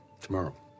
tomorrow